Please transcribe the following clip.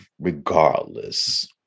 regardless